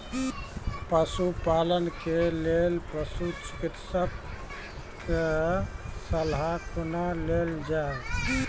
पशुपालन के लेल पशुचिकित्शक कऽ सलाह कुना लेल जाय?